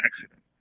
accident